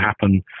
happen